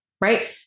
right